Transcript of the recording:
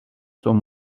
son